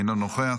אינו נוכח.